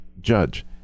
judge